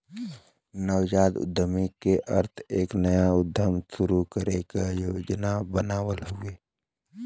नवजात उद्यमी क अर्थ एक नया उद्यम शुरू करे क योजना बनावल हउवे